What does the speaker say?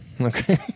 Okay